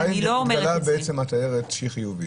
השאלה מתי התגלה שהתיירת היא חיובית,